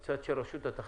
מן הצד של רשות התחרות,